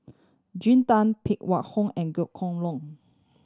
Jean Tay Phan Wait Hong and Goh Kheng Long